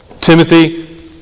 Timothy